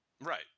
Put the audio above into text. Right